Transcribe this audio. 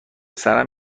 سرم